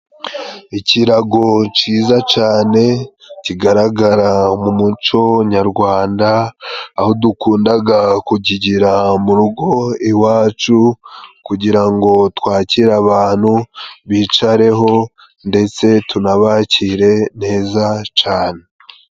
Ikirago ciza cane kigaragara mu muco nyarwanda ,aho dukundaga kugigira mu rugo iwacu kugira ngo twakire abantu bicareho ndetse tunabakire neza cane.